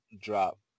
drop